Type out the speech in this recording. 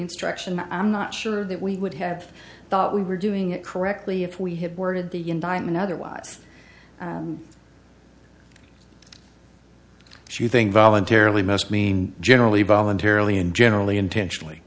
instruction i'm not sure that we would have thought we were doing it correctly if we had worded the indictment otherwise she think voluntarily must mean generally voluntarily and generally intentionally